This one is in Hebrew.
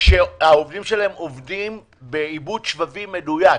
שהעובדים שלהם עובדים בעיבוד שבבים מדויק,